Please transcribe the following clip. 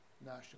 national